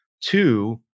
two